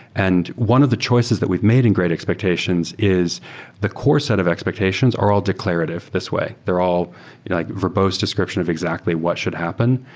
and one of the choices that we've made in great expectations is the core set of expectations are all declarative this way. they're all like verbose description of exactly what should happen,